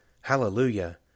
Hallelujah